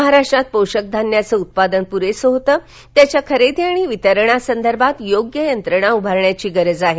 महाराष्ट्रात पोषक धान्याचं उत्पादन पुरेसं होतं त्याच्या खरेदी आणि वितरणासंदर्भात योग्य यंत्रणा उभारण्याची गरज आहे